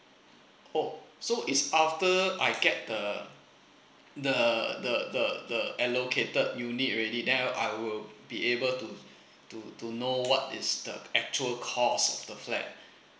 oh so is after I get the the the the the allocated unit already then I will be able to to to know what is the actual cost of the flat